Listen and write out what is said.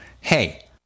hey